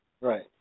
Right